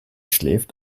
schläft